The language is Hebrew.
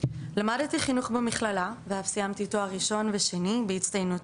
למדתי חינוך במכללה ואף סיימתי תואר ראשון ושני בהצטיינות,